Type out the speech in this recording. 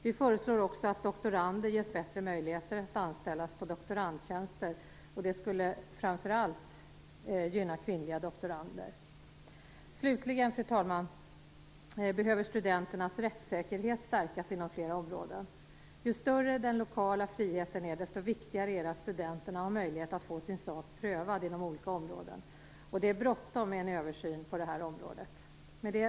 Vi föreslår också att doktorander ges bättre möjligheter att anställas på doktorandtjänster. Det skulle framför allt gynna kvinnliga doktorander. Slutligen, fru talman, behöver studenternas rättssäkerhet stärkas inom flera områden. Ju större den lokala friheten är, desto viktigare är det att studenterna har möjlighet att få sin sak prövad inom olika områden. Det är bråttom med en översyn på det här området.